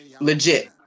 legit